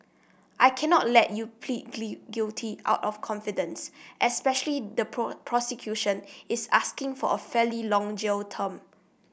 I cannot let you plead guilty out of convenience especially the prosecution is asking for a fairly long jail term